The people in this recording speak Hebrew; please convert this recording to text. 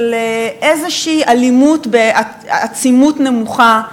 של איזושהי אלימות בעצימות נמוכה,